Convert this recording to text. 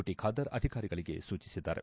T Khader ಅಧಿಕಾರಿಗಳಿಗೆ ಸೂಚಿಸಿದ್ದಾರೆ